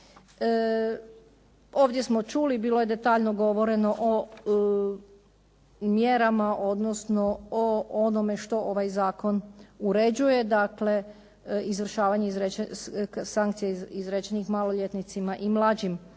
Ovdje smo čuli bilo je detaljno govoreno o mjerama, odnosno o onome što ovaj zakon uređuje. Dakle, izvršavanje sankcija izrečenih maloljetnicima i mlađim